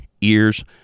ears